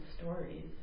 stories